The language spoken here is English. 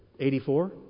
84